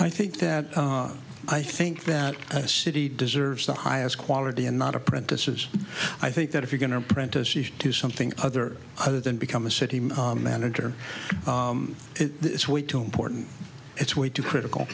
i think that i think that city deserves the highest quality and not apprentices i think that if you're going to apprentice you should do something other other than become a city manager it's way too important it's way too critical